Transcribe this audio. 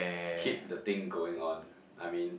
keep the thing going on I mean